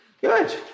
Good